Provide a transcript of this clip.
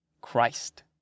Christ